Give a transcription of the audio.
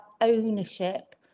ownership